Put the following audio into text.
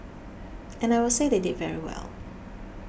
and I will say they did very well